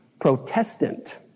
Protestant